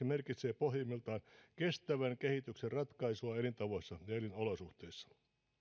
merkitsee pohjimmiltaan kestävän kehityksen ratkaisua elintavoissa ja elinolosuhteissa